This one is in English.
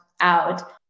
out